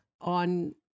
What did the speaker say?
on